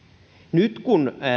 nyt kun